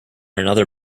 another